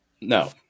No